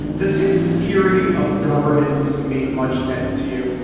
does his theory of governance make much sense to you?